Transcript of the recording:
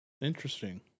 Interesting